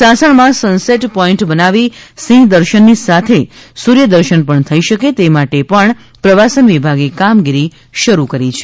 સાસણ માં sunset point બનાવી સિંહ દર્શન ની સાથે સૂર્ય દર્શન પણ થઇ શકે તે માટે પણ પ્રવાસન વિભાગે કામગીરી શરૂ કરી છે